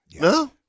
No